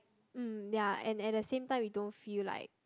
mm ya and at the same time we don't feel like